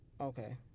Okay